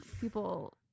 people